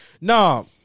No